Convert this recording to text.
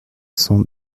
cent